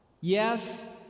Yes